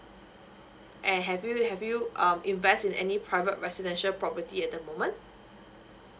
and have you have you um invest in any private residential property at the moment